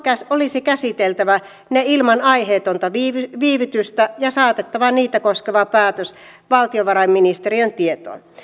olisi käsiteltävä ne ilman aiheetonta viivytystä viivytystä ja saatettava niitä koskeva päätös valtiovarainministeriön tietoon